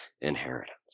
inheritance